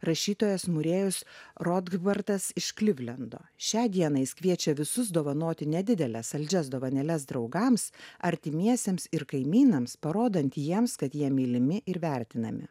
rašytojas murėjus rodgvartas iš klivlendo šią dieną jis kviečia visus dovanoti nedideles saldžias dovanėles draugams artimiesiems ir kaimynams parodant jiems kad jie mylimi ir vertinami